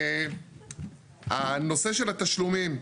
הנושא של התשלומים.